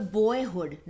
boyhood